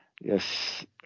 Yes